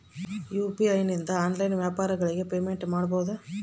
UPI ನಿಂದ online ವ್ಯಾಪಾರಗಳಿಗೆ payment ಮಾಡಬಹುದಾ?